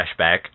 flashback